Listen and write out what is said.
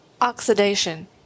Oxidation